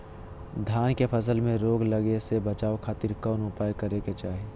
धान के फसल में रोग लगे से बचावे खातिर कौन उपाय करे के चाही?